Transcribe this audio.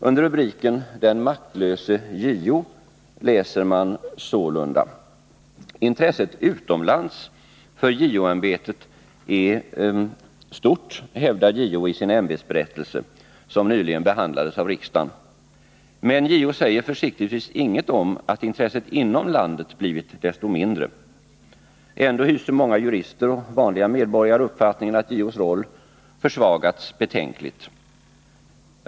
Under rubriken ”Den maktlöse JO” läser man sålunda: ”Intresset utomlands för JO-ämbetet är stort, hävdar JO i sin ämbetsberättelse, som nyligen behandlades i riksdagen. Men JO säger försiktigtvis inget om att intresset inom landet blivit desto mindre. Ändå hyser många — både jurister och vanliga medborgare — uppfattningen att JO:s roll försvagats betänkligt.